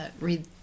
read